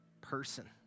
person